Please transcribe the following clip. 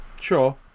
Sure